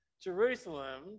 Jerusalem